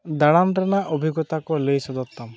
ᱫᱟᱬᱟᱱ ᱨᱮᱱᱟᱜ ᱚᱵᱷᱤᱜᱚᱛᱟᱠᱚ ᱞᱟᱹᱭ ᱥᱚᱫᱚᱨᱛᱟᱢ